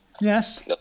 Yes